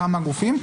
כמה גופים.